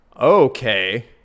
Okay